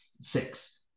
six